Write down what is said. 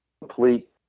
complete